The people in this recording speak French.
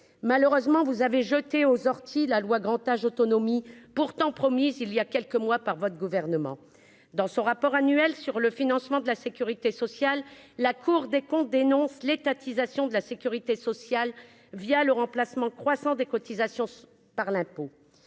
malheureusement vous avez jeté aux orties la loi grand âge autonomie pourtant promise il y a quelques mois par votre gouvernement dans son rapport annuel sur le financement de la Sécurité sociale, la Cour des comptes dénonce l'étatisation de la Sécurité sociale via le remplacement croissant des cotisations par l'impôt